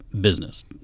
business